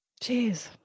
Jeez